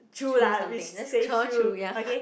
Chu lah we say Chu okay